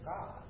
God